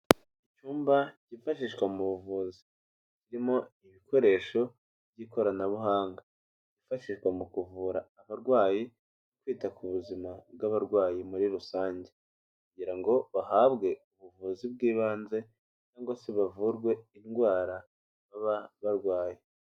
Icyumba kifashishwa mu buvuzi kirimo ibikoresho by'ikoranabuhanga byifashishwa mu kuvura abarwayi, kwita ku buzima bw'abarwayi muri rusange, kugira ngo bahabwe ubuvuzi bw'ibanze cyangwa se bavurwe indwara baba barwaye.